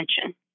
attention